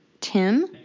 Tim